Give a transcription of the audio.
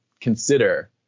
consider